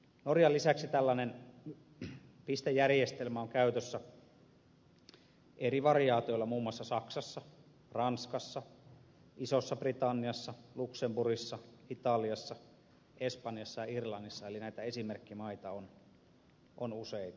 norjan lisäksi tällainen pistejärjestelmä on käytössä eri variaatioilla muun muassa saksassa ranskassa isossa britanniassa luxemburgissa italiassa espanjassa ja irlannissa eli näitä esimerkkimaita on useita